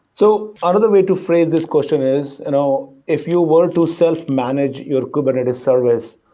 so another way to phrase this question is you know if you were to self-manage your kubernetes service,